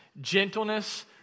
gentleness